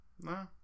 No